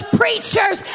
preachers